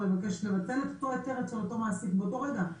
לבקש לבטל את כל היתר של כל מעסיק באותו רגע.